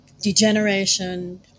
degeneration